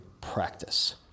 practice